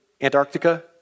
Antarctica